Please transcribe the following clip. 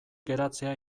geratzea